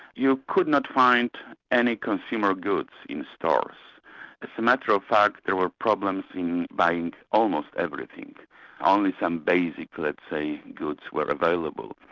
you could not find any consumer goods in stores. as a matter of fact there were problems in buying almost everything only some basic, let's say, goods were available.